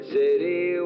city